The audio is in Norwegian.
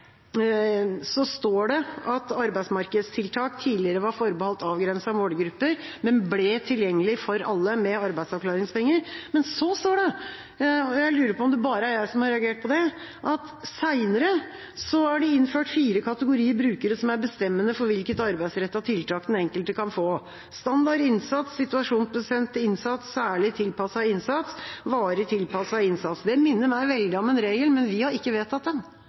står det at arbeidsmarkedstiltak tidligere var forbeholdt avgrensede målgrupper, men ble tilgjengelig for alle med arbeidsavklaringspenger. Men så står det – og jeg lurer på om det bare er jeg som har reagert på det – at det senere er innført fire kategorier brukere som er bestemmende for hvilket arbeidsrettet tiltak den enkelte kan få: standard innsats, situasjonsbestemt innsats, særlig tilpasset innsats og varig tilpasset innsats. Det minner meg veldig om en regel, men vi har ikke vedtatt den.